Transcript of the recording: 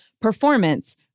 performance